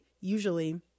usually